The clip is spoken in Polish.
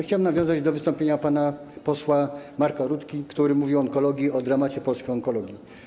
Chciałbym nawiązać do wystąpienia pana posła Marka Rutki, który mówił o dramacie polskiej onkologii.